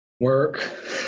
Work